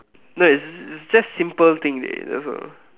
no it's just simple thing dey that's all